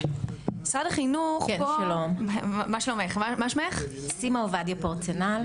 כן שלום, סימה עובדיה פורצנל.